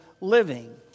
living